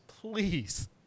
Please